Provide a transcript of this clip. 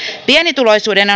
pienituloisuuden